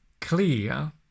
clear